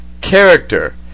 character